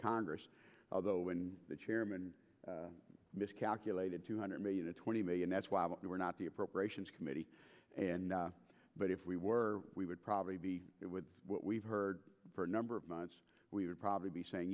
congress though and the chairman miscalculated two hundred million to twenty million that's why we were not the appropriations committee and but if we were we would probably be hit with what we've heard for a number of months we would probably be saying